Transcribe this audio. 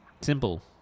Simple